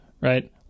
right